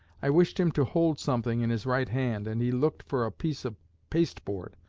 i wished him to hold something in his right hand, and he looked for a piece of pasteboard,